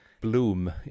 bloom